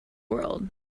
world